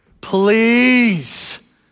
Please